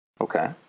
Okay